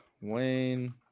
Wayne